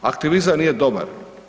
Aktivizam nije dobar.